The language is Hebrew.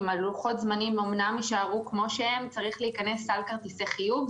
אם לוחות הזמנים יישארו כמו שהם צריך להיכנס על כרטיסי חיוב.